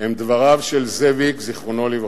הם דבריו של זאביק, זיכרונו לברכה,